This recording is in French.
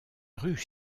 rue